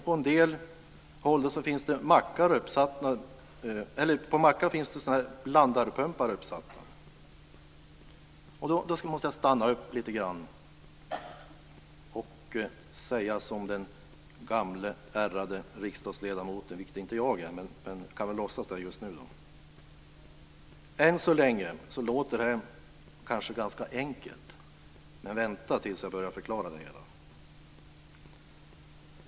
På en del mackar finns blandarpumpar uppsatta. Här måste jag stanna upp lite grann och säga som den gamle ärrade riksdagsledamot som jag inte är - men jag kan väl låtsas det just nu: Än så länge låter det här kanske ganska enkelt, men vänta till dess att jag börjar förklara det hela!